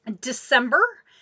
December